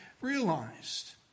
realized